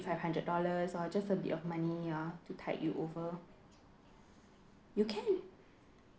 five hundred dollars or just a bit of money ah to tide you over you can